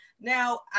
Now